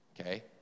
okay